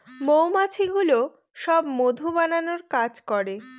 মৌমাছিগুলো সব মধু বানানোর কাজ করে